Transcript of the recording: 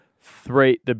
three